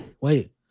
wait